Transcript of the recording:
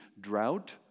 drought